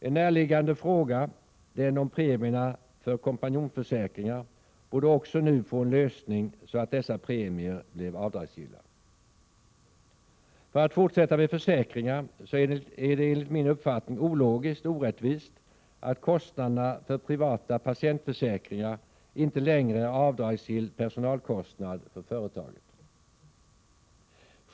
En närliggande fråga, den om premierna för kompanjonsförsäkringar, borde också nu få en lösning så att dessa premier blir avdragsgilla. För att fortsätta med försäkringar så är det enligt min uppfattning ologiskt och orättvist att kostnaderna för privata patientförsäkringar inte längre är avdragsgilla personalkostnader för företaget.